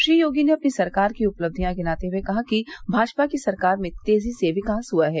श्री योगी ने अपनी सरकार की उपलक्षियां गिनाते हए कहा कि भाजपा की सरकार में तेजी से विकास हुआ है